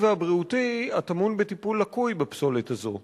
והבריאותי הטמון בטיפול לקוי בפסולת הזאת.